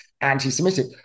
anti-Semitic